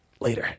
Later